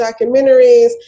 documentaries